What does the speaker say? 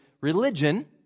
religion